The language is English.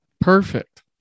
Perfect